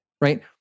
right